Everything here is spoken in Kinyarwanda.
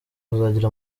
kuzagira